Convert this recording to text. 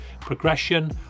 progression